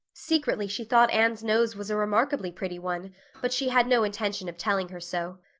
secretly she thought anne's nose was a remarkable pretty one but she had no intention of telling her so.